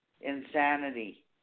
Insanity